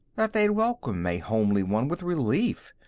that they'd welcome a homely one with relief.